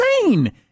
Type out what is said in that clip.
insane